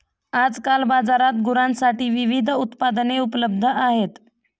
आजकाल बाजारात गुरांसाठी विविध उत्पादने उपलब्ध आहेत